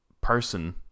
person